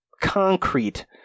concrete